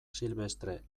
silvestre